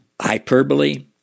hyperbole